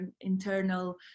internal